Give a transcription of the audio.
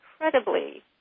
incredibly